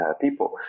people